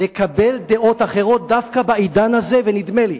לקבל דעות אחרות, דווקא בעידן הזה, ונדמה לי,